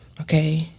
okay